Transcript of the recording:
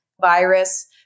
Virus